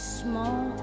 small